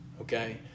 okay